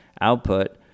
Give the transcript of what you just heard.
output